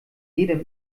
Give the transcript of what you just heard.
jedem